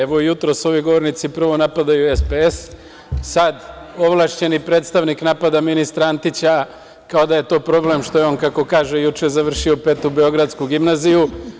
Evo, jutros ovi govornici prvo napadaju SPS, sad ovlašćeni predstavnik napada ministra Antića, kao da je to problem što je on, kako kaže juče, završio Petu beogradsku gimnaziju.